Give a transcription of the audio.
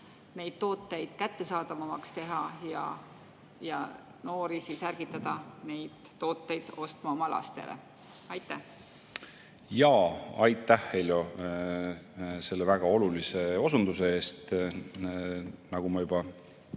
neid tooteid kättesaadavamaks teha ja noori ärgitada neid tooteid oma lastele ostma? Aitäh, Heljo, selle väga olulise osunduse eest! Nagu ma olen